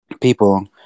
people